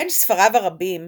בין ספריו הרבים,